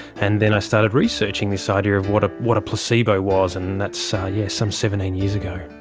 and then i started researching this idea of what ah what a placebo was, and that's so yeah some seventeen years ago.